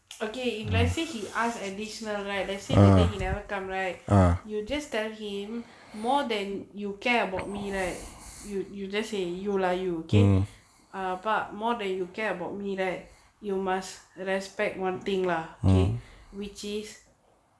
okay if like say he ask additional right I say the day he never come right you just tell him more than you care about me right you you just say you lah you okay err அப்பா:appa more than you care about me right you must respect one thing lah okay which is